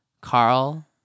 Carl